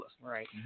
Right